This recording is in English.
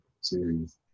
series